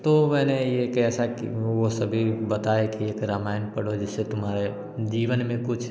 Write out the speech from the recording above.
तो मैंने ये कैसा कि वो सभी बताए कि एक रामायण पढ़ो जिससे तुम्हारे जीवन में कुछ